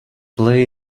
play